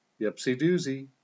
Yipsy-doozy